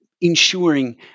ensuring